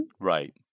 Right